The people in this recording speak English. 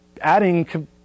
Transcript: adding